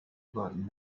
about